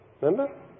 remember